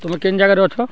ତୁମେ କେନ ଜାଗାରେ ଅଛ